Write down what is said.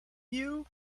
you